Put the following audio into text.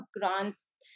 grants